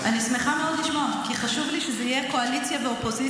כי בסוף זו המהות.